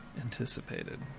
anticipated